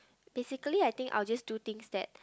basically I think I will just do things that